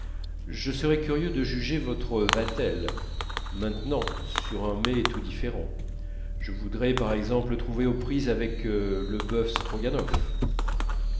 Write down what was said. je serais curieux de juger votre vatel maintenant sur un mets tout différent je voudrais par exemple le trouver aux prises avec le bœuf stroganof